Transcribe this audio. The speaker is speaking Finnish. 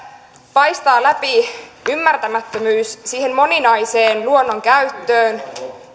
paistaa läpi ymmärtämättömyys siihen moninaiseen luonnon käyttöön